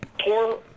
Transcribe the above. poor